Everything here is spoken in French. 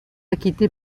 acquitté